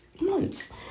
Months